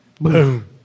Boom